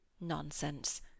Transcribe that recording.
Nonsense